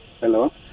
Hello